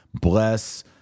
bless